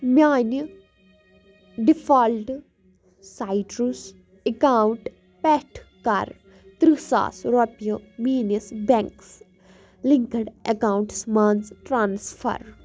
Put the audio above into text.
میانہِ ڈِفالٹ سایٹرس اکاونٹ پٮ۪ٹھ کَر تٕرٛہ ساس رۄپیہِ میٲنِس بیٚنٛکس لِنٛکٕڈ اٮ۪کاونٹَس منٛز ٹرانسفر